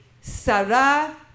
Sarah